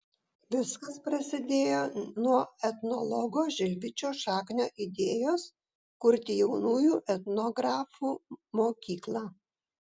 viskas prasidėjo nuo etnologo žilvičio šaknio idėjos kurti jaunųjų etnografų mokyklą